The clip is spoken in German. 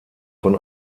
von